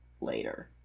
later